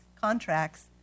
contracts